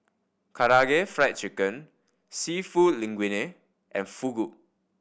Karaage Fried Chicken Seafood Linguine and Fugu